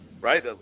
right